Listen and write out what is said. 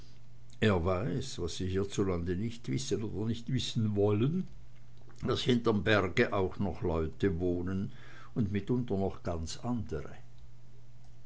er weiß was sie hierzulande nicht wissen oder nicht wissen wollen daß hinterm berge auch noch leute wohnen und mitunter noch ganz andre